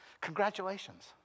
Congratulations